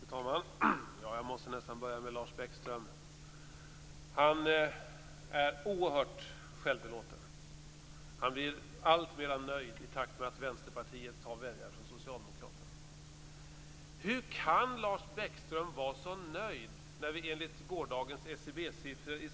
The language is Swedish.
Fru talman! Jag måste nästan börja med Lars Bäckström. Han är oerhört självbelåten. Han blir alltmer nöjd i takt med att Vänsterpartiet tar väljare från Socialdemokraterna. Hur kan Lars Bäckström vara så nöjd när, enligt gårdagens SCB-siffror,